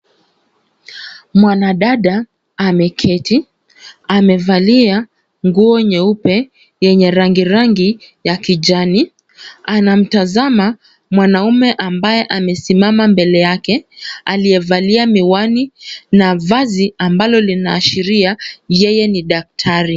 Mwanadada ameketi. Amevalia nguo nyeupe yenye rangi rangi ya kijani. Anamtazama mwanamume ambaye amesimama mbele yake, aliyevalia miwani na vazi ambalo linaashiria yeye ni daktari.